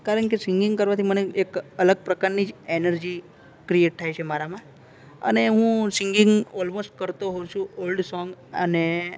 કારણકે સિંગિંગ કરવાથી મને એક અલગ પ્રકારની જ એનર્જિ ક્રિએટ થાય છે મારામાં અને હું સિંગિંગ ઓલ્મોસ્ટ કરતો હોવ છું ઓલ્ડ સોંગ અને